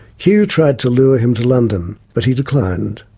kew tried to lure him to london, but he declined.